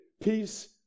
Peace